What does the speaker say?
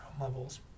levels